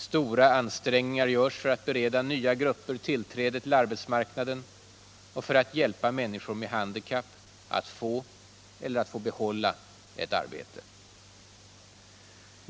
Stora ansträngningar görs för att bereda nya grupper tillträde till arbetsmarknaden och för att hjälpa människor med handikapp att få eller att få behålla ett arbete.